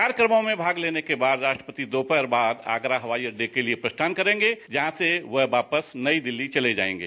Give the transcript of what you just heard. कार्यक्रमों में भाग लेने के बाद राष्ट्रपति दोपहर बाद आगरा हवाई अड्डे के लिए प्रस्थान करेंगे जहां से वह वापस नई दिल्ली चले जाएंगे